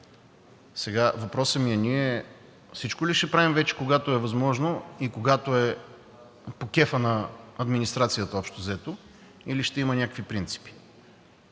Сега въпросът ми е: ние всичко ли ще правим, когато е възможно, когато е по кефа на администрацията общо взето, или ще има някакви принципи?